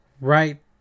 right